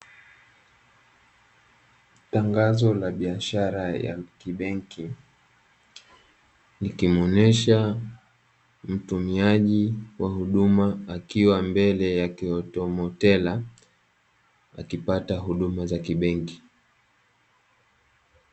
Tangazo la biashara ya kibenki, likimwonesha mtumiaji wa huduma akiwa mbele ya kiautomotela, akipata huduma za kibenki.